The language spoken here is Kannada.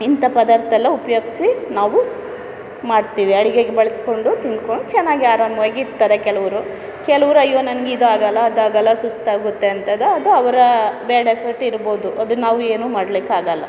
ಇಂಥ ಪದಾರ್ಥವೆಲ್ಲ ಉಪಯೋಗ್ಸಿ ನಾವು ಮಾಡ್ತೀವಿ ಅಡುಗೆಗೆ ಬಳಸಿಕೊಂಡು ತಿಂದ್ಕೊಂಡು ಚೆನ್ನಾಗಿ ಆರಾಮವಾಗಿ ಇರ್ತಾರೆ ಕೆಲವರು ಕೆಲವರು ಅಯ್ಯೋ ನನಗಿದಾಗಲ್ಲ ಅದಾಗಲ್ಲ ಸುಸ್ತಾಗುತ್ತೆ ಅಂತದ ಅದು ಅವರ ಬ್ಯಾಡ್ ಎಫೆಕ್ಟ್ ಇರ್ಬೋದು ಅದು ನಾವು ಏನು ಮಾಡಲಿಕ್ಕಾಗಲ್ಲ